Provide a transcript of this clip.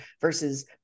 versus